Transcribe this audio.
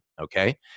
okay